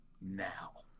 now